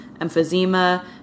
emphysema